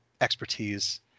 expertise